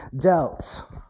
dealt